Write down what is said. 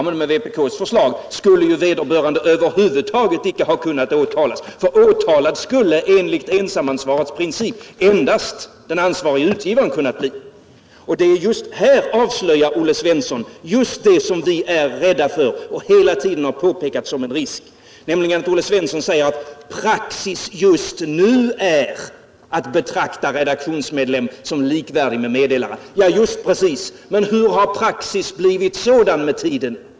Men med vpk:s förslag skulle vederbörande över huvud taget icke ha kunnat åtalas. Åtalad skulle enligt ensamansvarets princip endast den ansvarige utgivaren kunna bli. Här avslöjar Olle Svensson just det som vi är rädda för och hela tiden har påpekat som en risk, nämligen när han säger att praxis just nu är att betrakta redaktionsmedlem som likvärdig med meddelare. Just precis! Men hur har praxis kunnat bli sådan med tiden?